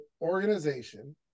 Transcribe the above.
organization